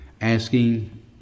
asking